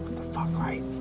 the fuck, right?